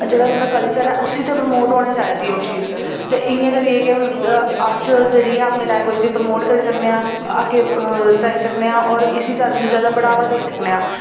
जेह्ड़ा तुं'दा कल्चर ऐ उसी ते प्रमोट होने देनी चाहि्दी ओह् चीज़ ते इ'यां करियै अस जेह्ड़ी ऐ अपनी लैंग्वेज़ प्रमोट करी सकनेआं अग्गें जाई सकनेआं होर इसी जादा कोला जादा बढ़ावा देई सकनेआं